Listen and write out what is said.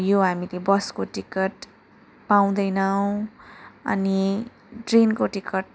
यो हामीले बसको टिकट पाउँदैनौँ अनि ट्रेनको टिकट